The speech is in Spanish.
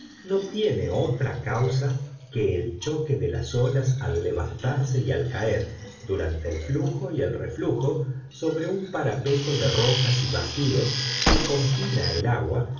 no tiene otra causa que el choque de las olas al levantarse y al caer durante el flujo y el reflujo sobre un parapeto de rocas y bajíos que confina el agua